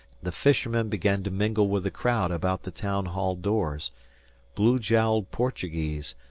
the fishermen began to mingle with the crowd about the town-hall doors blue-jowled portuguese,